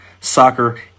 Soccer